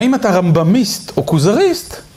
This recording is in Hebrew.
האם אתה רמבמיסט או כוזריסט?